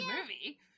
movie